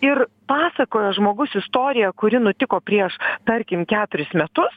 ir pasakoja žmogus istoriją kuri nutiko prieš tarkim keturis metus